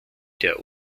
der